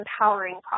empowering